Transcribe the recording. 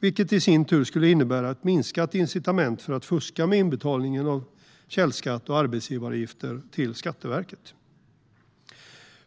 vilket i sin tur skulle innebära ett minskat incitament för att fuska med inbetalningen av källskatt och arbetsgivaravgifter till Skatteverket.